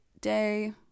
day